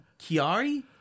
Chiari